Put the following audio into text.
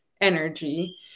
energy